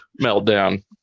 meltdown